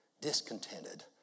discontented